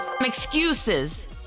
excuses